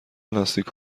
لاستیک